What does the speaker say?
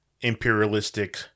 imperialistic